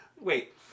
Wait